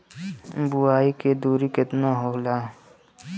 बुआई के दुरी केतना होला?